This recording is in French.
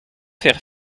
faire